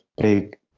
big